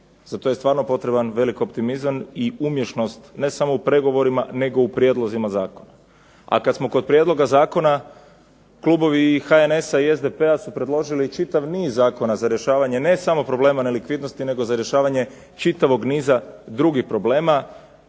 Za to je stvarno potreban velik optimizam i umješnost ne samo u pregovorima, nego u prijedlozima zakona. A kad smo kod prijedloga zakona klubovi i HNS-a i SDP-a su predložili čitav niz zakona za rješavanje ne samo problema nelikvidnosti, nego za rješavanje čitavog niza drugih problema.